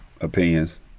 opinions